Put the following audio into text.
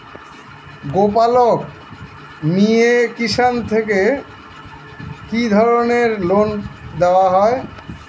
গোপালক মিয়ে কিষান থেকে কি ধরনের লোন দেওয়া হয়?